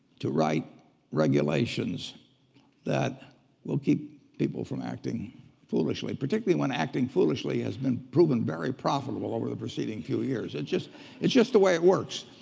to write regulations that will keep people from acting foolishly, particularly when acting foolishly has been proven very profitable over the preceding few years. it's just it's just the way it works.